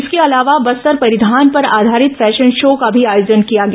इसके अलावा बस्तर परिधान पर आधारित फैशन शो को भी आयोजन किया गया